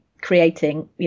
creating